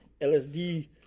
LSD